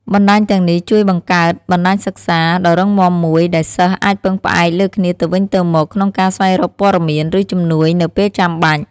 បណ្តាញទាំងនេះជួយបង្កើត បណ្តាញសិក្សា ដ៏រឹងមាំមួយ ដែលសិស្សអាចពឹងផ្អែកលើគ្នាទៅវិញទៅមកក្នុងការស្វែងរកព័ត៌មាន ឬជំនួយនៅពេលចាំបាច់។